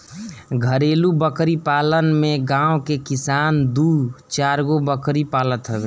घरेलु बकरी पालन में गांव के किसान दू चारगो बकरी पालत हवे